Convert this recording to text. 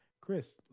chris